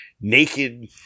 naked